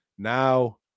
Now